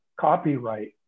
copyright